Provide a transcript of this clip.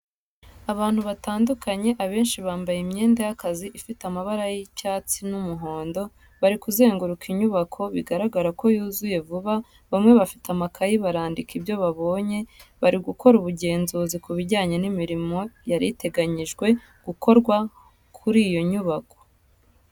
Abantu batandukanye abenshi bambaye imyenda y'akazi ifite amabara y'icyatsi n'umuhondo, bari kuzenguruka inyubako bigaragara ko yuzuye vuba bamwe bafite amakayi barandika ibyo babonye bari gukora ubugenzuzi ku bijyanye n'imirimo yari iteganyijwe gukorwa kuri iyo nyubako.